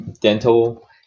dental